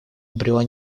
обрела